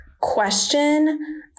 question